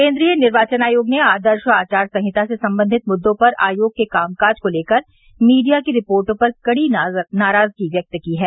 केन्द्रीय निर्वाचन आयोग ने आदर्श आचार संहिता से संबंधित मुद्दों पर आयोग के कामकाज को लेकर मीडिया की रिपोर्टो पर कड़ी नाराजगी व्यक्त की है